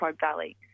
Valley